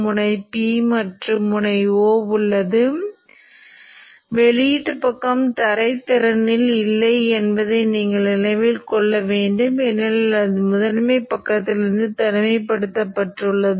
சராசரியை இங்கே எங்காவது ஒரு குறிக்கும் அளவீடாக இடுவேன் என்று சொல்லலாம் Vo என்பது இது போன்றது